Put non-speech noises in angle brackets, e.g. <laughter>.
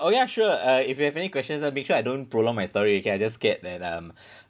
oh ya sure uh if you have any question I'll make sure I don't prolong my story K I just scared that um <breath>